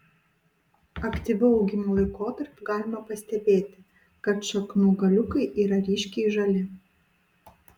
aktyviu augimo laikotarpiu galima pastebėti kad šaknų galiukai yra ryškiai žali